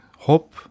hope